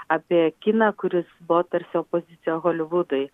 apie kiną kuris buvo tarsi opozicija holivudui